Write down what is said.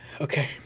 Okay